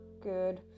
good